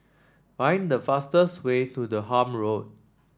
find the fastest way to Durham Road